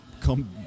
come